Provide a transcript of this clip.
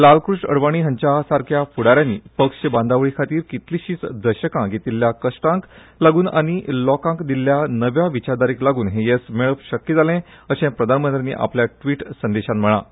लालकृष्ण अडवाणी हांच्या सारक्या फुडा यांनी पक्ष बांदावळी खातीर कितलींशींच दशकां घेतिल्ल्या कश्टांक लागून आनी लोकांक दिल्ल्या नव्या विचारधारेक लागून हें येस मेळप शक्य जालें अशें प्रधानमंत्र्यांनी आपल्या ट्वीट संदेशांत म्हणलां